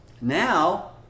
now